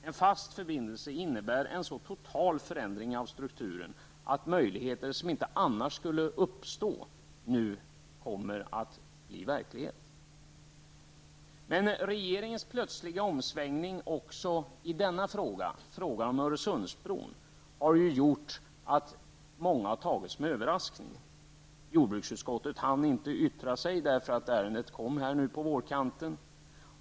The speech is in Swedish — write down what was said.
En fast förbindelse över Öresund innebär en så total förändring av strukturen att möjligheter som annars inte skulle uppstå nu kommer att bli verklighet. Men regeringen har gjort en plötslig omsvängning också i fråga om Öresundsbron. Det är många som har överraskats. Jordbruksutskottet hann inte yttra sig, därför att ärendet kom först på vårkanten.